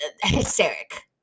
hysteric